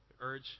urge